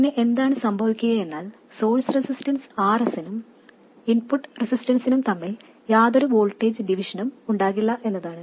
പിന്നെ എന്താണ് സംഭവിക്കുകയെന്നാൽ സോഴ്സ് റെസിസ്റ്റൻസ് Rs നും ഇൻപുട്ട് റെസിസ്റ്റൻസിനും തമ്മിൽ യാതൊരു വോൾട്ടേജ് ഡിവിഷനും ഉണ്ടാകില്ല എന്നതാണ്